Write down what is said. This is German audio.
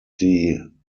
die